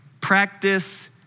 practice